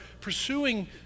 pursuing